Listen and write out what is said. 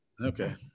Okay